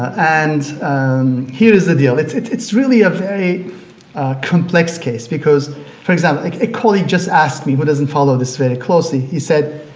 and here's the deal. it's it's really a very complex case because for example, like a colleague just asked me, who doesn't follow this very closely, he said,